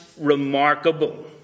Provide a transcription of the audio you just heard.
remarkable